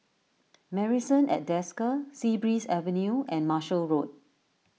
Marrison at Desker Sea Breeze Avenue and Marshall Road